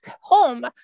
home